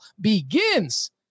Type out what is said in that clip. begins